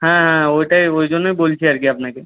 হ্যাঁ ওইটাই ওইজন্যই বলছি আর কি আপনাকে